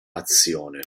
azione